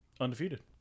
Undefeated